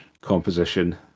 composition